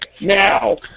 now